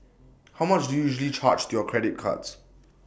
how much do you usually charge to your credit cards